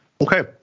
Okay